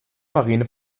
marine